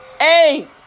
eight